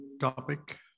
topic